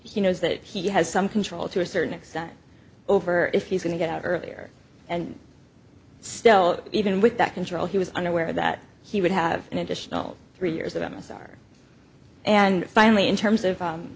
he knows that he has some control to a certain extent over if he's going to get out earlier and still even with that control he was unaware that he would have an additional three years of amazon and finally in terms of